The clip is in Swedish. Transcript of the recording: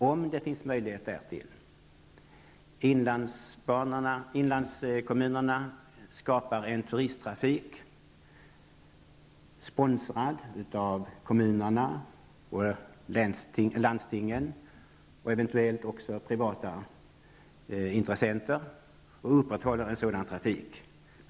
Om det finns möjlighet därtill bör inlandskommunerna skapa en turisttrafik som är sponsrad av kommunerna, landstingen och eventuellt även privata intressenter.